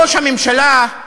ראש הממשלה,